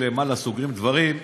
מהמשרד לביטחון הפנים,